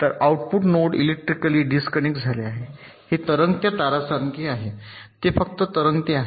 तर output node electrically disconnect झाले आहे हे तरंगत्या तारांसारखे आहे ते फक्त तरंगते आहे